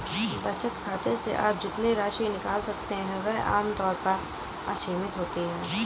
बचत खाते से आप जितनी राशि निकाल सकते हैं वह आम तौर पर असीमित होती है